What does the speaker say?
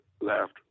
left